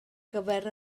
gyfer